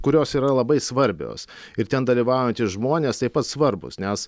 kurios yra labai svarbios ir ten dalyvaujantys žmonės taip pat svarbūs nes